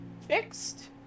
Fixed